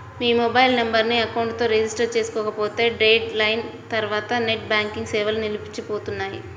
మీ mobile నెంబర్ను account తో register చేసుకోకపోతే డెడ్ లైన్ తర్వాత నెట్ బ్యాంకింగ్ సేవలు నిలిచిపోనున్నాయి